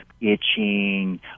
itching